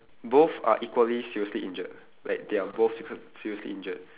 both are equally seriously injured like they are both se~ seriously injured